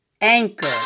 Anchor